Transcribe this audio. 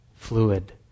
fluid